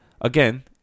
again